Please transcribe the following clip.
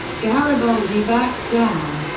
gariboldi backed down.